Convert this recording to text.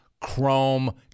chrome